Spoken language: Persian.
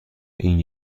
این